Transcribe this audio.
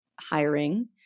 hiring